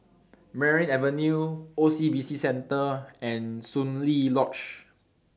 Merryn Avenue O C B C Centre and Soon Lee Lodge